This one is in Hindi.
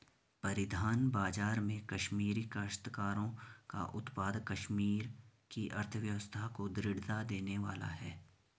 परिधान बाजार में कश्मीरी काश्तकारों का उत्पाद कश्मीर की अर्थव्यवस्था को दृढ़ता देने वाला है